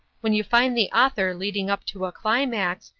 when you find the author leading up to a climax,